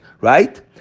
right